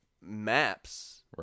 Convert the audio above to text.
maps